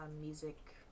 music